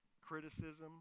criticism